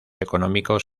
económicos